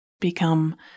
become